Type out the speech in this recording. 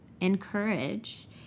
encourage